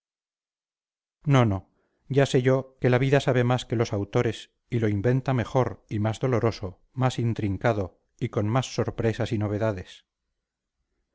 no no ya sé yo que la vida sabe más que los autores y lo inventa mejor y más doloroso más intrincado y con más sorpresas y novedades